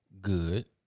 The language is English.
good